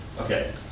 Okay